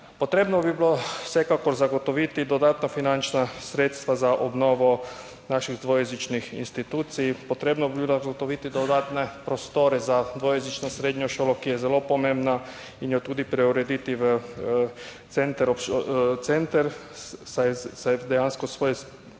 Potrebno bi bilo vsekakor zagotoviti dodatna finančna sredstva za obnovo naših dvojezičnih institucij. Potrebno bi bilo zagotoviti dodatne prostore za dvojezično srednjo šolo, ki je zelo pomembna, in jo tudi preurediti v center, saj dejansko, bom